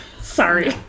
sorry